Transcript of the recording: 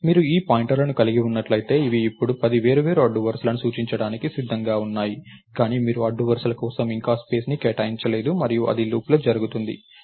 మీరు ఈ పాయింటర్లను కలిగి ఉన్నట్లయితే అవి ఇప్పుడు పది వేర్వేరు అడ్డు వరుసలను సూచించడానికి సిద్ధంగా ఉన్నాయి కానీ మీరు అడ్డు వరుసల కోసం ఇంకా స్పేస్ ని కేటాయించలేదు మరియు అది లూప్లో జరుగుతుంది